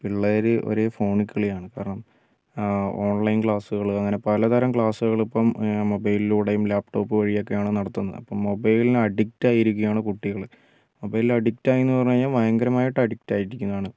പിള്ളേർ ഒരേ ഫോണിൽ കളിയാണ് കാരണം ഓൺലൈൻ ക്ലാസ്സുകൾ അങ്ങനെ പലതരം ക്ലാസ്സുകൾ ഇപ്പം മൊബൈലിലൂടെയും ലാപ്ടോപ്പ് വഴിയൊക്കെയാണ് നടത്തുന്നത് അപ്പോൾ മൊബൈലിനു അഡിക്റ്റ് ആയിരിക്കുകയാണ് കുട്ടികൾ മൊബൈൽ അഡിക്റ്റ് ആയി എന്ന് പറഞ്ഞു കഴിഞ്ഞാൽ ഭയങ്കരമായിട്ട് അഡിക്റ്റ് ആയിരിക്കുവാണ്